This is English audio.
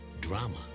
drama